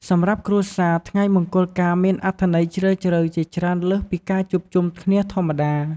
សម្រាប់គ្រួសារ ថ្ងៃមង្គលការមានអត្ថន័យជ្រាលជ្រៅជាច្រើនលើសពីការជួបជុំគ្នាធម្មតា។